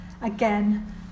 again